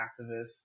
activists